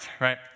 right